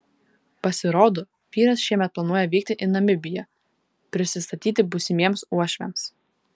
pasirodo vyras šiemet planuoja vykti į namibiją prisistatyti būsimiems uošviams